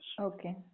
Okay